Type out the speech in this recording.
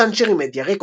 סנצ'רי מדיה רקורדס.